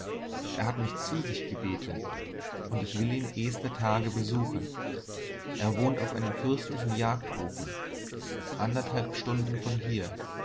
er hat mich zu sich gebeten und ich will ihn ehster tage besuchen er wohnt auf einem fürstlichen jagdhofe anderthalb stunden von hier